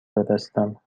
بفرستم